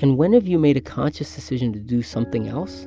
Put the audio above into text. and when have you made a conscious decision to do something else